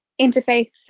interfaith